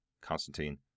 Constantine